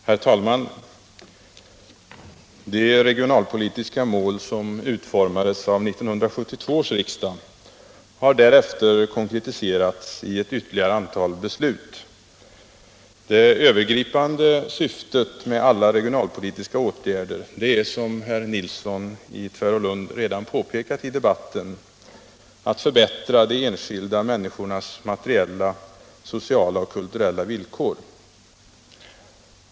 Herr talman! De regionalpolitiska mål som utformades av 1972 års riksdag har därefter konkretiserats i ytterligare ett antal beslut. Det övergripande syftet med alla regionalpolitiska åtgärder är, som herr Nilsson i Tvärålund redan påpekat i debatten, att förbättra de enskilda människornas materiella, sociala och kulturella villkor.